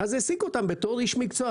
אז העסיקו אותם בתור איש מקצוע,